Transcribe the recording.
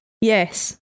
Yes